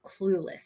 clueless